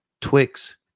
Twix